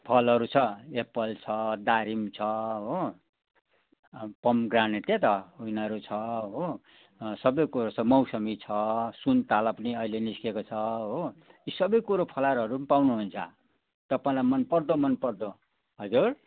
फलहरू छ एप्पल छ दारिम छ हो पोमेग्रेनेट क्या त यिनीहरू छ हो सबै कुरो छ मौसमी छ सुन्तला पनि अहिले निस्किएको छ हो यी सबै कुरो फलारहरू पनि पाउनुहुन्छ तपाईँलाई मनपर्दो मनपर्दो हजुर